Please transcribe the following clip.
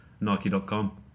nike.com